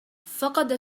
فقد